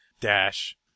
dash